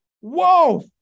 Whoa